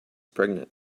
pregnant